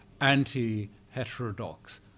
anti-heterodox